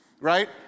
right